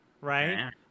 right